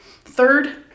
Third